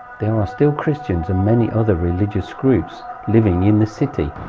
there are still christians and many other religious groups living in the city.